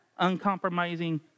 Uncompromising